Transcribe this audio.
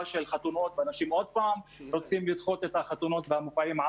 של חתונות ואנשים רוצים עוד פעם לדחות את החתונות והמופעים,